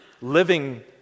living